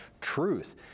truth